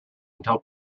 until